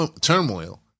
turmoil